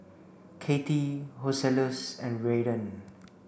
Katie Joseluis and Raiden